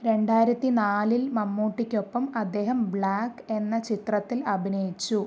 രണ്ടായിരത്തി നാലിൽ മമ്മൂട്ടിക്കൊപ്പം അദ്ദേഹം ബ്ലാക്ക് എന്ന ചിത്രത്തിൽ അഭിനയിച്ചു